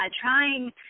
trying